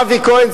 אבי כהן,